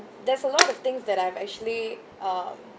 there's a lot of things that I've actually um